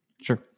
Sure